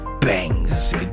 bangs